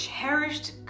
cherished